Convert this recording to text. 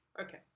Okay